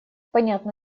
понятно